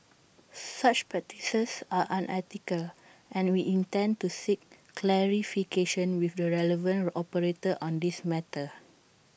such practices are unethical and we intend to seek clarification with the relevant operator on this matter